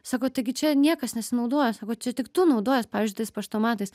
sako taigi čia niekas nesinaudoja sako čia tik tu naudojas pavyzdžiui tais paštomatais